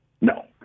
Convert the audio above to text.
No